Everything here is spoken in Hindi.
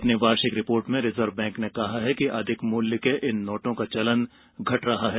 अपनी वार्षिक रिपोर्ट में रिजर्व बैंक ने कहा है कि अधिक मूल्य के इन नोटों का चलन घट रहा है